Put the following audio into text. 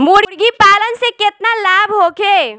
मुर्गीपालन से केतना लाभ होखे?